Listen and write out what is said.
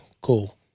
cool